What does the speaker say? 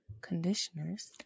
conditioners